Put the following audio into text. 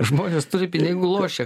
žmonės turi pinigų lošia